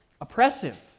oppressive